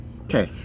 Okay